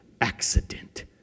accident